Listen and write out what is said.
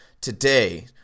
today